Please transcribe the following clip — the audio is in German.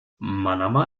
manama